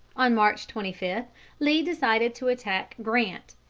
on march twenty five lee decided to attack grant,